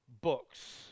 books